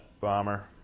Bomber